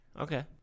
Okay